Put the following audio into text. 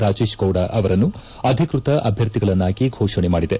ರಾಜೇಶ್ಗೌಡ ಅವರನ್ನು ಅಧಿಕೃತ ಅಭ್ಯರ್ಥಿಗಳನ್ನಾಗಿ ಫೋಷಣೆ ಮಾಡಿದೆ